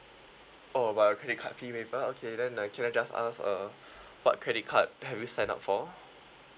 oh about a credit card fee waiver okay then uh can I just ask uh what credit card have you signed up for